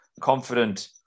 confident